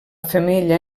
femella